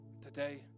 Today